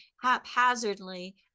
haphazardly